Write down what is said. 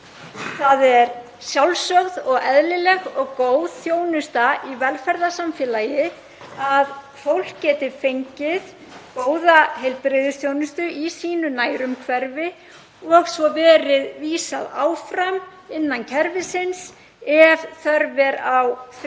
Það er sjálfsögð og eðlileg og góð þjónusta í velferðarsamfélagi að fólk geti fengið góða heilbrigðisþjónustu í sínu nærumhverfi og svo verið vísað áfram innan kerfisins ef þörf er á frekari